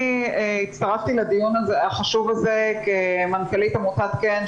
הצטרפתי לדיון החשוב הזה כמנכ"לית עמותת כ"ן,